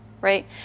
right